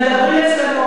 מדובר במעצר,